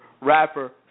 rapper